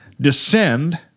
descend